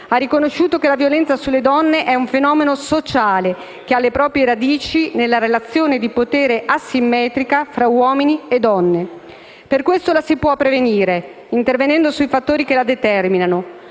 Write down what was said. ha riconosciuto che la violenza sulle donne è un fenomeno sociale che ha le proprie radici nella relazione di potere, asimmetrica tra uomini e donne. Per questo la si può prevenire, intervenendo sui fattori che la determinano.